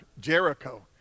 Jericho